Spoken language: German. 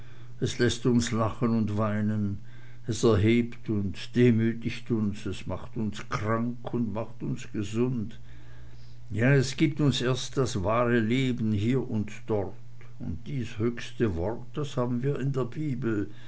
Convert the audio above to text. es läßt uns lachen und weinen es erhebt uns und demütigt uns es macht uns krank und macht uns gesund ja es gibt uns erst das wahre leben hier und dort und dies letzte höchste wort das haben wir in der bibel